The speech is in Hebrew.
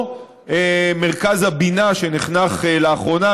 או מרכז הבינה שנחנך לאחרונה,